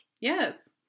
Yes